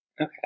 Okay